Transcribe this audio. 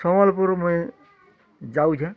ସମ୍ୱଲପୁର୍ ମୁଇଁ ଯାଉଛେଏଁ